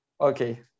Okay